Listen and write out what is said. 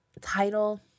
title